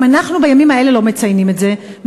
אם אנחנו בימים האלה לא מציינים את זה,